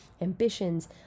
ambitions